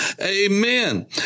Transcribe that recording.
amen